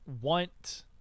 want